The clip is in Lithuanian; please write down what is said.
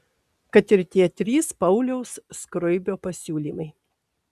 kad ir tie trys pauliaus skruibio pasiūlymai